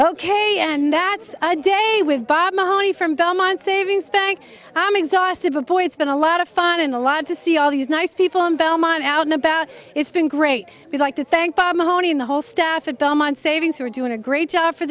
ok and that's a day with bob mony from belmont savings bank i'm exhausted but boy it's been a lot of fun and a lot to see all these nice people in belmont out and about it's been great with like to thank bob mahoney and the whole staff at belmont savings who are doing a great job for